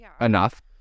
enough